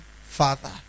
Father